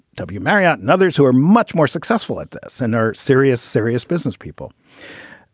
w. marriott and others who are much more successful at this and are serious, serious business people.